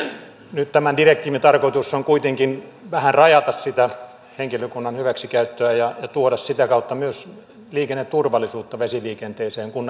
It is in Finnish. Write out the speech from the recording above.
nyt tämän direktiivin tarkoitus on kuitenkin vähän rajata sitä henkilökunnan hyväksikäyttöä ja tuoda sitä kautta myös liikenneturvallisuutta vesiliikenteeseen kun